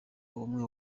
ubumwe